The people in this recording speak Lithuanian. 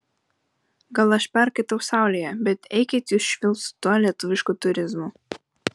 gal aš perkaitau saulėje bet eikit jūs švilpt su tuo lietuvišku turizmu